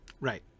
Right